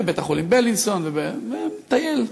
בבית-החולים בילינסון, מטייל,